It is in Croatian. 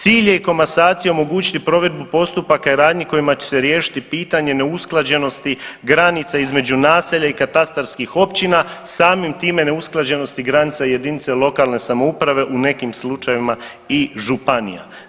Cilj je komasacijom omogućiti provedbu postupaka i radnji kojima će se riješiti pitanje neusklađenosti granica između naselja i kastastarskih općina samim time neusklađenosti granice jedinice lokalne samouprave u nekim slučajevima i županija.